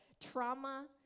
trauma